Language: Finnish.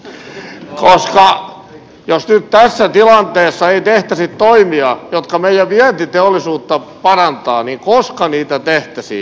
jos nyt tässä tilanteessa ei tehtäisi toimia jotka meidän vientiteollisuuttamme parantavat niin koska niitä tehtäisiin